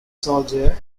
soldier